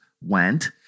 went